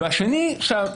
והשנייה,